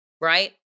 right